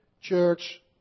Church